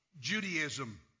Judaism